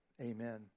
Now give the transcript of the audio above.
amen